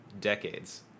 decades